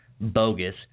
Bogus